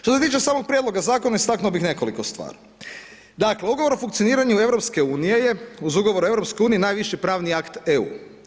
Što se tiče samog prijedloga zakona, istaknuo bi nekoliko stvari, dakle, ugovor o funkcioniranju EU, je uz ugovor EU, najviši pravni akt EU.